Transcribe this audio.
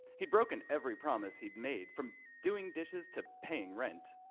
he'd broken every promise he'd made from doing dishes to paying rent.